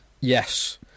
Yes